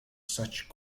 such